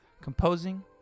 composing